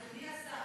אדוני השר,